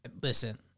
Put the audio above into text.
Listen